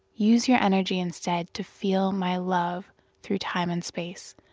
use your energy instead to feel my love through time and space.